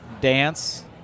dance